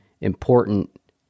important